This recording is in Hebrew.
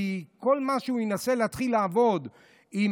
כי בכל פעם שהוא ינסה להתחיל לעבוד עם